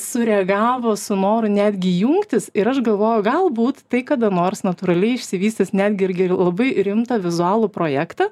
sureagavo su noru netgi jungtis ir aš galvoju galbūt tai kada nors natūraliai išsivystys netgi irgi į labai rimtą vizualų projektą